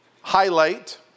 highlight